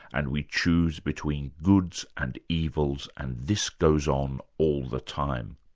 and we choose between goods and evils, and this goes on all the time.